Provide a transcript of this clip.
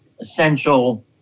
essential